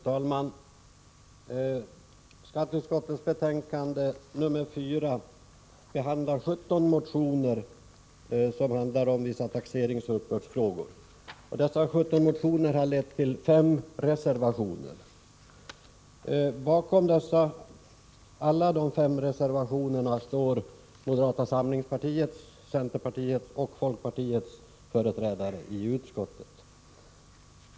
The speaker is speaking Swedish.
Fru talman! Skatteutskottets betänkande nr 4 behandlar 17 motioner som handlar om vissa taxeringsoch uppbördsfrågor. Dessa 17 motioner har lett till fem reservationer. Bakom alla de fem reservationerna står moderata samlingspartiets, centerpartiets och folkpartiets företrädare i utskottet.